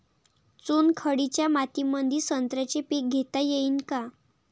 चुनखडीच्या मातीमंदी संत्र्याचे पीक घेता येईन का?